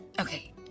Okay